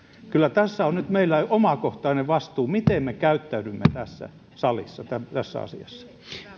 kyllä tässä on nyt meillä omakohtainen vastuu miten me käyttäydymme tässä salissa tässä asiassa